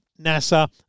NASA